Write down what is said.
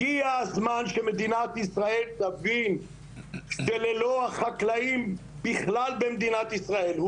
הגיע הזמן שמדינת ישראל תבין שללא החקלאים בכלל במדינת ישראל,